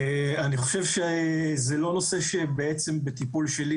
אני חושב שזה לא נושא שבעצם בטיפול שלי.